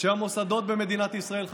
שהמוסדות במדינת ישראל חשובים.